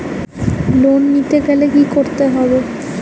Loan নিতে গেলে কি করতে হবে?